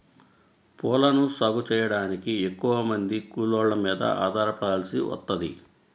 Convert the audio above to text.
పూలను సాగు చెయ్యడానికి ఎక్కువమంది కూలోళ్ళ మీద ఆధారపడాల్సి వత్తది